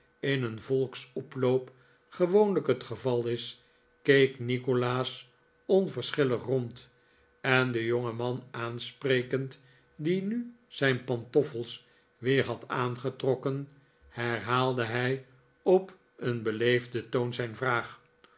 in een volksoploop gewoonlijk het geval is keek nikolaas onverschillig rond en den jongeman aansprekend die nu zijn pantoffels weer had aangetrokken herhaalde hij op een beleefden toon zijn vraag